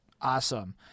awesome